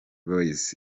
boyz